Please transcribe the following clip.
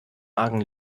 argen